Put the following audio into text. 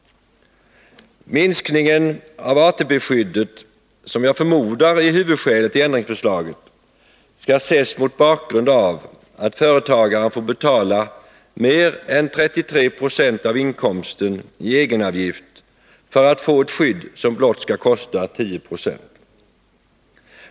Minskningen av ATP-skyddet, som jag förmodar är huvudskälet till ändringsförslaget, skall ses mot bakgrund av att företagaren får betala mer än 33 Io av inkomsten i egenavgift för att få ett skydd som blott skall kosta 10 96.